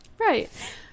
right